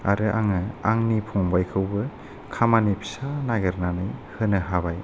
आरो आङो आंनि फंबायखौबो खामानि फिसा नागिरनानै होनो हाबाय